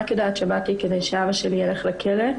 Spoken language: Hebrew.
רק יודעת שבאתי כדי שאבא שלי ילך לכלא,